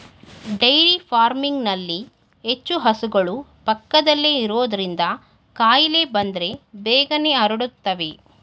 dairy ಫಾರ್ಮಿಂಗ್ನಲ್ಲಿ ಹೆಚ್ಚು ಹಸುಗಳು ಪಕ್ಕದಲ್ಲೇ ಇರೋದ್ರಿಂದ ಕಾಯಿಲೆ ಬಂದ್ರೆ ಬೇಗನೆ ಹರಡುತ್ತವೆ